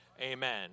Amen